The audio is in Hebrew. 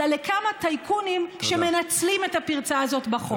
אלא לכמה טייקונים שמנצלים את הפרצה הזאת בחוק.